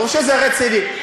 ברור שזה רציני.